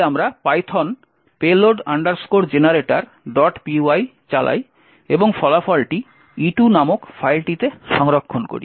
তাই আমরা Python payload generatorpy চালাই এবং ফলাফলটি e2 নামক ফাইলটিতে সংরক্ষণ করি